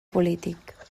polític